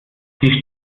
die